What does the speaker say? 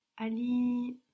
Ali